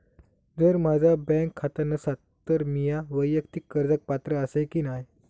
जर माझा बँक खाता नसात तर मीया वैयक्तिक कर्जाक पात्र आसय की नाय?